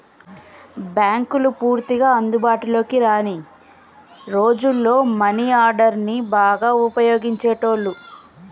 బ్యేంకులు పూర్తిగా అందుబాటులోకి రాని రోజుల్లో మనీ ఆర్డర్ని బాగా వుపయోగించేటోళ్ళు